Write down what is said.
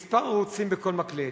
מספר ערוצים בכל מקלט,